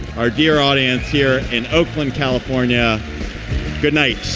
our dear audience here in oakland, california good night